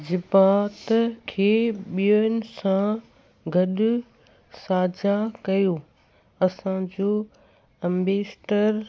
जिबात खे ॿियन सां गॾु साझा कयो असांजो एम्बेसडर